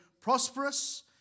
prosperous